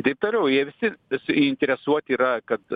taip toliau jie visi suinteresuoti yra kad